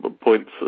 points